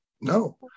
No